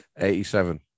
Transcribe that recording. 87